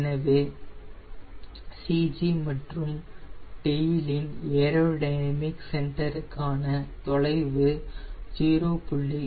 எனவே CG மற்றும் டெயிலின் ஏரோடினமிக் சென்டருக்கான தொலைவு 0